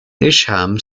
isham